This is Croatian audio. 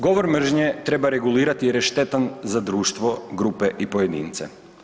Govor mržnje treba regulirati jer je štetan za društvo, grupe i pojedince.